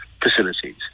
facilities